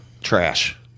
trash